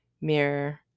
mirror